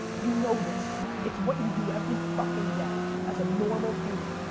you know this. it's what you do every fucking day as a normal human.